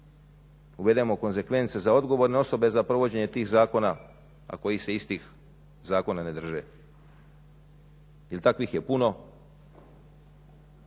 uvedemo konzekvence za odgovorne osobe za provođenje tih zakona, a kojih se istih zakona ne drže. Jer takvih je puno.